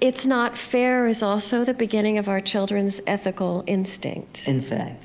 it's not fair is also the beginning of our children's ethical instinct in fact